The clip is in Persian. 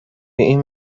این